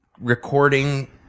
Recording